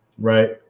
Right